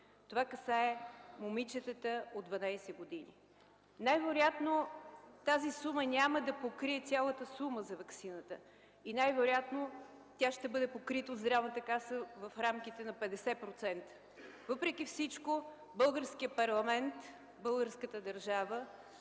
Това касае момичетата от 12 години. Най-вероятно тази сума няма да покрие цялата сума за ваксината и най-вероятно тя ще бъде покрита от Здравната каса в рамките на 50%. Въпреки всичко българският парламент, българската държава,